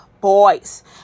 boys